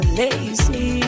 lazy